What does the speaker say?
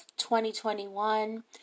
2021